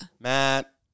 Matt